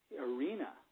arena